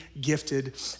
gifted